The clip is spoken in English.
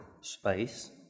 space